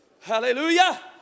Hallelujah